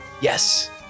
Yes